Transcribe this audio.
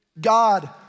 God